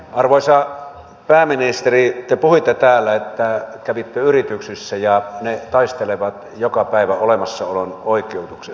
arvoisa pääministeri te puhuitte täällä että kävitte yrityksissä ja ne taistelevat joka päivä olemassaolon oikeutuksesta